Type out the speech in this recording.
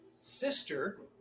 sister